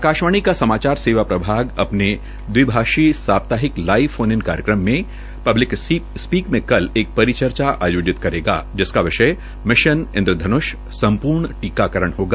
आकाशवाणी का समाचार सेवा प्रभाग अपने दविभाषी साप्तहिक लाइव इन कार्यक्रम में पब्लिक स्पीक में कल एक परिचर्चाआयोजित करेगा जिसका विषय मिशन इंद्रधनष सम्पर्ण टीकाकरण होगा